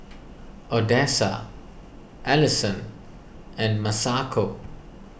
Odessa Alison and Masako